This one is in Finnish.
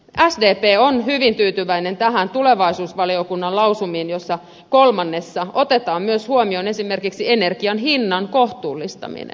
sdp on hyvin tyytyväinen näihin tulevaisuusvaliokunnan lausumiin joissa kolmannessa otetaan huomioon myös esimerkiksi energian hinnan kohtuullistaminen